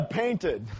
painted